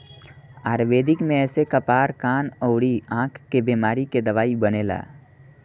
आयुर्वेद में एसे कपार, कान अउरी आंख के बेमारी के दवाई बनेला